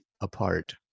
apart